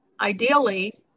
ideally